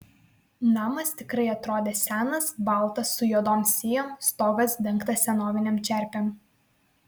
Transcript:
namas tikrai atrodė senas baltas su juodom sijom stogas dengtas senovinėm čerpėm